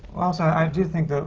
also, i um do think,